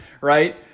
right